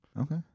Okay